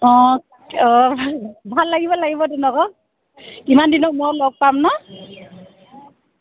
অ' অ' ভাল লাগিব লাগিবতোন আকৌ ইমান দিনৰ মূৰত লগ পাম ন